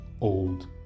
old